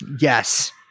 Yes